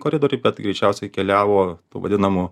koridoriuj bet greičiausiai keliavo tuo vadinamu